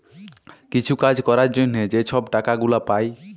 কিছু কাজ ক্যরার জ্যনহে যে ছব টাকা গুলা পায়